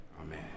Amen